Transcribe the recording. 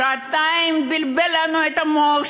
שעתיים בלבל לנו את המוח,